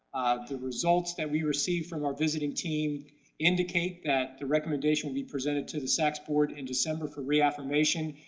the results that we received from our visiting team indicate that the recommendation will be presented to the sacs board in december for reaffirmation.